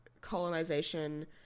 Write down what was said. colonization